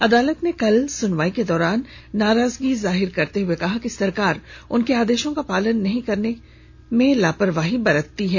अदालत ने कल सुनवाई के दौरान नाराजगी जाहिर करते हुए कहा कि सरकार उनके आदेशों का पालन करने में लापरवाही बरतती है